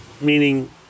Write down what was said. meaning